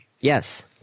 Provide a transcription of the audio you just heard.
Yes